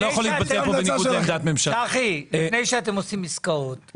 כי כשאחד משלם שכירות של 30 אלף מול 30 אלף,